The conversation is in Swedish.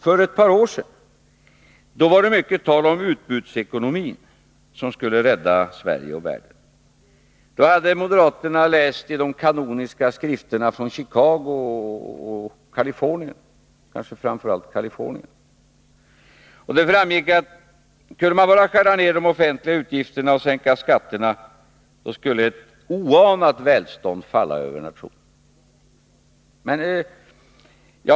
För ett par år sedan var det mycket tal om utbudsekonomin, som skulle rädda Sverige och världen. Då hade moderaterna läst i de kanoniska skrifterna från Chicago och Kalifornien, kanske framför allt Kalifornien. Det framgick att kunde man bara skära ned de offentliga 87 utgifterna och sänka skatterna skulle ett oanat välstånd komma över nationen.